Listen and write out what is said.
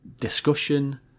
discussion